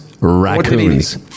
Raccoons